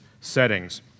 settings